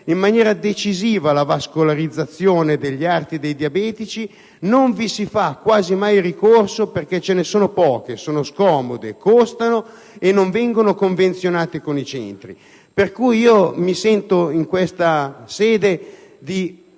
in maniera decisiva la vascolarizzazione degli arti dei diabetici, ma non vi si fa quasi mai ricorso perché ce ne sono poche, sono scomode, costano e non vengono convenzionate con i centri. Per questo mi sento di stimolare il